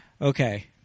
okay